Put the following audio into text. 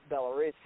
Belarus